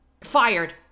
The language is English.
fired